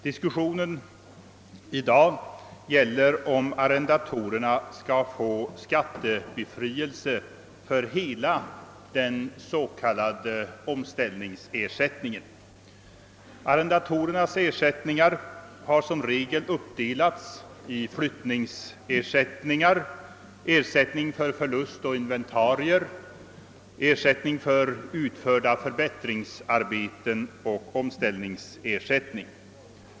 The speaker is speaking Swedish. Diskussionen i dag gäller om arrendatorerna skall få skattebefrielse för hela den s.k. omställningsersättningen. Arrendatorernas ersättningar har som regel uppdelats i flyttningsersättningar, ersättning för förlust å inventarier, ersättning för utförda förbättringsarbeten och omställningsersättning.